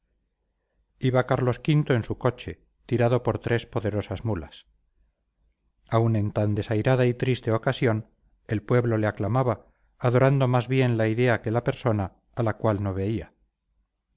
iba carlos v en su coche tirado por tres poderosas mulas aun en tan desairada y triste ocasión el pueblo le aclamaba adorando más bien la idea que la persona a la cual no veía